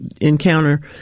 encounter